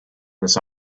this